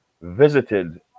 visited